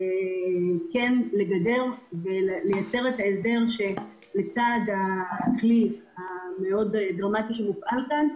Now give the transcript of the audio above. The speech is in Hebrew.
כן לגדר ולייצר את ההסדר שישים בקרות על הכלי המאוד דרמטי שמופעל כאן.